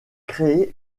créée